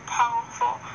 powerful